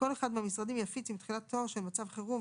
כל אחד מהמשרדים יפיץ עם תחילתו של מצב חירום,